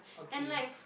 okay